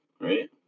Right